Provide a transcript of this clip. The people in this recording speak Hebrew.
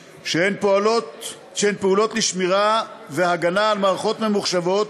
שהן פעולות לשמירה והגנה על מידע מסווג של גוף ציבורי או המצוי ברשותו,